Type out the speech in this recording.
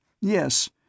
yes